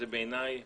שבעיניי